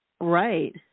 Right